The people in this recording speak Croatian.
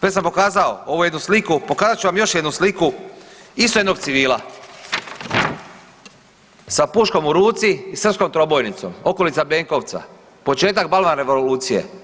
Već sam pokazao ovu jednu sliku, pokazat ću vam još jednu sliku isto jednog civila, sa puškom u ruci i srpskom trobojnicom, okolica Benkovca, početak balvan revolucije.